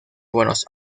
buenos